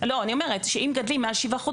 אני אומרת שאם מגדלים מעל שבעה חודשים